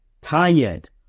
tired